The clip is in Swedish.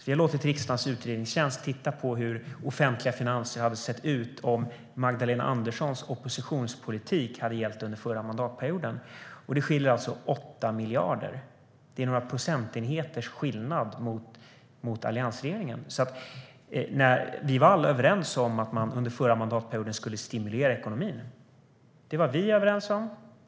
Vi har låtit riksdagens utredningstjänst titta på hur de offentliga finanserna hade sett ut om Magdalena Anderssons oppositionspolitik hade gällt under förra mandatperioden. Det skiljer 8 miljarder. Det är några procentenheters skillnad mot alliansregeringen. Vi var alla överens om att man under förra mandatperioden skulle stimulera ekonomin.